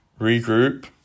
Regroup